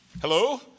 Hello